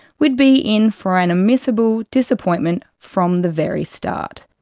we'd be in for an immiscible disappointment from the very start.